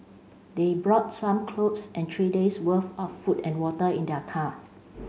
they brought some clothes and three days worth of food and water in their car